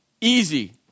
easy